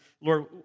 Lord